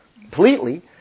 completely